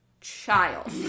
child